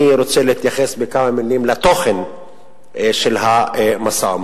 אני רוצה להתייחס בכמה מלים לתוכן של המשא-ומתן.